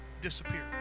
disappear